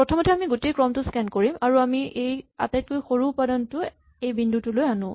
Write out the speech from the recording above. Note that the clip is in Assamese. প্ৰথমতে আমি গোটেই ক্ৰমটো স্কেন কৰিম আৰু আমি এই আটাইতকৈ সৰু উপাদানটো এইটো বিন্দুলৈ আনো